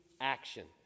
action